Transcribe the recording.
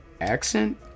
accent